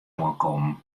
oankommen